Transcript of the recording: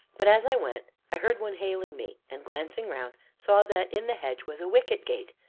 but, as i went, i heard one hailing me, and glancing round, saw that in the hedge was a wicket-gate,